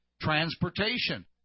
Transportation